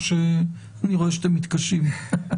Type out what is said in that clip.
אני רואה שאתם מתקשים.